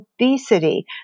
obesity